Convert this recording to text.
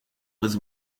was